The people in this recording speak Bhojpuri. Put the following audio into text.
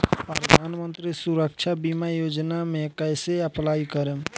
प्रधानमंत्री सुरक्षा बीमा योजना मे कैसे अप्लाई करेम?